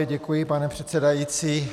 Děkuji, pane předsedající.